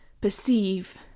perceive